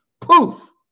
poof